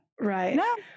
right